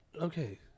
Okay